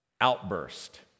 outburst